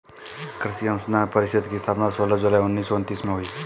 कृषि अनुसंधान परिषद की स्थापना सोलह जुलाई उन्नीस सौ उनत्तीस में हुई